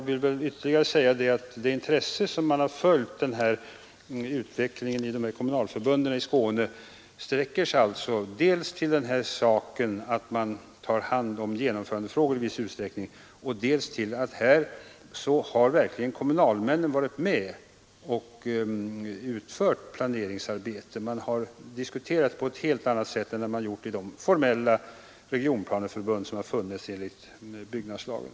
Det intresse med vilket man har följt utvecklingen i kommunalförbunden i Skåne beror dels på att man i viss utsträckning tar hand om genomförandefrågor, dels på att kommunalmännen här verkligen varit med och utfört planeringsarbete; man har här diskuterat på ett helt annat sätt än man gjort i de formella regionplaneförbund som har funnits enligt byggnadslagen.